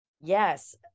Yes